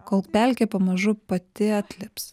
kol pelkė pamažu pati atlips